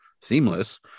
Seamless